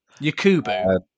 Yakubu